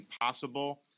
possible